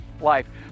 life